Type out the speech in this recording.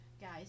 Guys